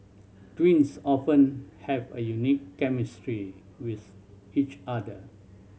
twins often have a unique chemistry with each other